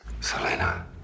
Selena